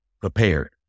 prepared